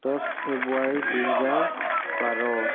দহ ফেব্ৰুৱাৰী দুহেজাৰ বাৰ